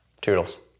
Toodles